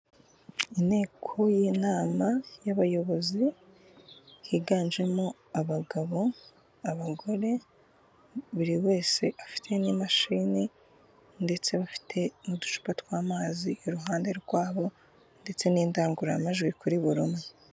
Inteko y'inama y'abayobozi higanjemo abagabo abagore buri wese afite n'imashini ndetse bafite n'uducupa tw'amazi iruhande rwabo ndetse n'indangururamajwi kuri buri umwe.